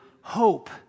hope